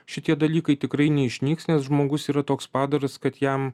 šitie dalykai tikrai neišnyks nes žmogus yra toks padaras kad jam